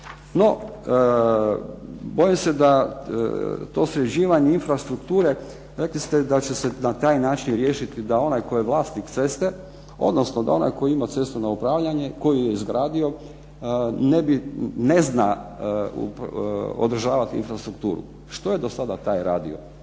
No, bojim se da to sređivanje infrastrukture, rekli ste da će se na taj način riješiti da onaj tko je vlasnik ceste, odnosno da onaj koji ima cestovno upravljanje koje je izgradio ne zna održavati infrastrukturu, što je taj do sada radio.